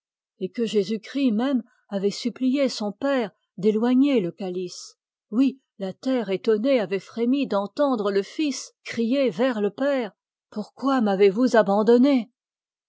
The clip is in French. et que jésus-christ même avait supplié son père d'éloigner le calice oui la terre étonnée avait frémi d'entendre le fils crier vers le père pourquoi m'avez-vous abandonné